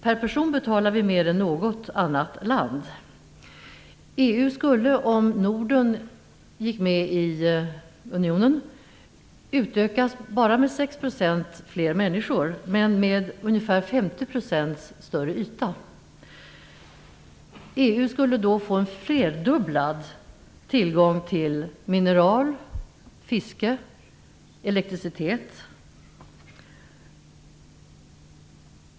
Per person betalar vi mer än något annat land. EU skulle, om Norden gick med i unionen, utökas bara med 6 % människor men med ungefär 50 % av ytan. EU skulle då få en flerdubblad tillgång till mineral, fiske och elektricitet.